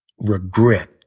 regret